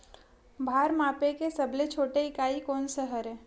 भार मापे के सबले छोटे इकाई कोन सा हरे?